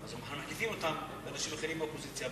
אנחנו מחליפים אותם באנשים אחרים באופוזיציה,